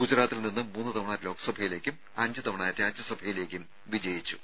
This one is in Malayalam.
ഗുജറാത്തിൽ നിന്ന് മൂന്ന് തവണ ലോക്സഭയിലേക്കും അഞ്ച് തവണ രാജ്യസഭയിലേക്കും വിജയിച്ചു